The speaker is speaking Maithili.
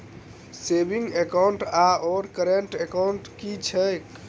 सेविंग एकाउन्ट आओर करेन्ट एकाउन्ट की छैक?